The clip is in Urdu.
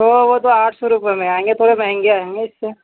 تو وہ تو آٹھ سو روپیے میں آئیں گے تھوڑے مہنگے آئیں گے اِس سے